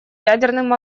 ядерным